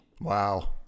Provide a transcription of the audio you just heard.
Wow